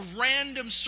random